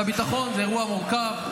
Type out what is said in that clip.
הביטחון זה אירוע מורכב,